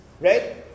right